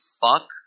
fuck